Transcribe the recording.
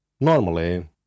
Normally